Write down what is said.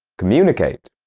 communicate